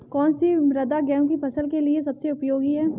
कौन सी मृदा गेहूँ की फसल के लिए सबसे उपयोगी है?